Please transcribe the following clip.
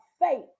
faith